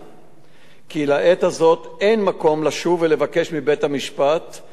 כי לעת הזאת אין מקום לשוב ולבקש מבית-המשפט כי יורה על